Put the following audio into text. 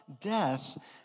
death